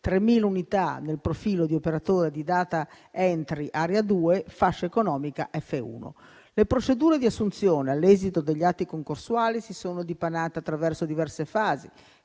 3.000 unità nel profilo di operatore di *data entry* area 2, fascia economica F1. Le procedure di assunzione, all'esito degli atti concorsuali, si sono dipanate attraverso diverse fasi